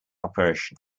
operation